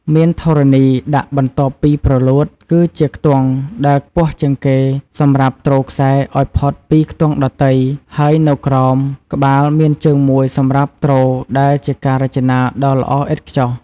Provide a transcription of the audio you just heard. មានធរណី ដាក់បន្ទាប់ពីព្រលួត គឺជាខ្ទង់ដែលខ្ពស់ជាងគេសម្រាប់ទ្រខ្សែឱ្យផុតពីខ្ទង់ដទៃ ហើយនៅក្រោម ក្បាលមានជើងមួយសម្រាប់ទ្រដែលជាការរចនាដ៏ល្អឥតខ្ចោះ។